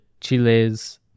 chiles